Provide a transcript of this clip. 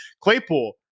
Claypool